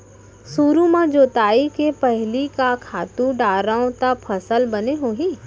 सुरु म जोताई के पहिली का खातू डारव त फसल बने होही?